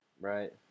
Right